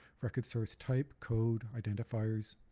record source type, code, identifiers.